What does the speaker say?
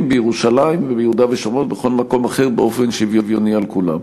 בירושלים וביהודה ושומרון ובכל מקום אחר באופן שוויוני על כולם.